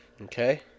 Okay